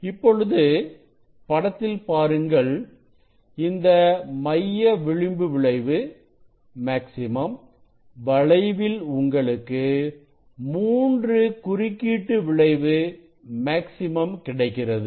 இப்பொழுது படத்தில் பாருங்கள் இந்த மைய விளிம்பு விளைவு மேக்ஸிமம் வளைவில் உங்களுக்கு 3 குறுக்கீட்டு விளைவு மேக்ஸிமம் கிடைக்கிறது